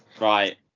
Right